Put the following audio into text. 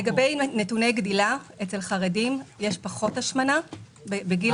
לגבי נתוני גדילה אצל חרדים יש פחות השמנה בגיל הילדות.